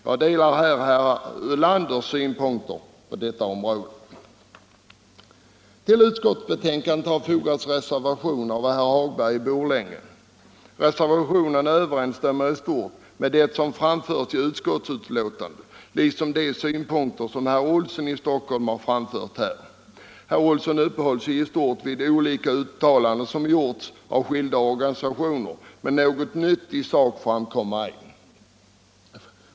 Jag delar herr Ulanders synpunkter i det avseendet. Till utskottsbetänkandet har fogats en reservation av herr Hagberg i Borlänge. Reservationen överensstämmer i stort med vad som framförts i utskottsbetänkandet liksom med de synpunkter som herr Olsson i Stockholm här framfört. Herr Olsson uppehöll sig i stort vid de olika uttalanden som gjorts av olika organisationer, men något nytt i sak framkom inte.